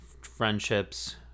friendships